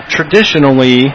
traditionally